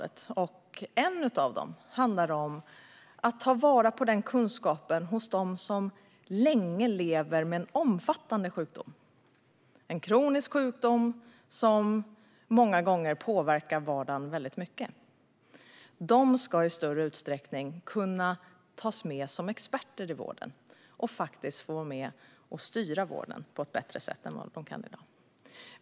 Ett av dem handlar om att ta vara på kunskapen hos dem som lever länge med en omfattande sjukdom, en kronisk sjukdom som många gånger påverkar vardagen väldigt mycket. De ska i större utsträckning kunna tas med som experter i vården och faktiskt få vara med och styra vården på ett bättre sätt än i dag.